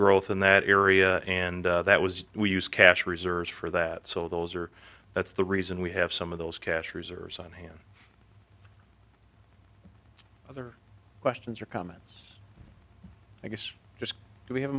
growth in that area and that was we use cash reserves for that so those are that's the reason we have some of those cash reserves on hand other questions or comments i guess just we have